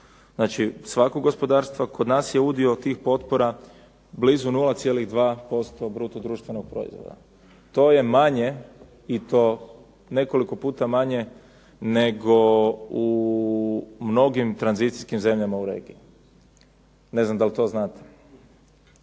znači svakog gospodarstva. Kod nas je udio tih potpora blizu 0,2% bruto društvenog proizvoda. To je manje i to nekoliko puta manje nego u mnogim tranzicijskim zemljama u regiji. Ne znam da li to znate,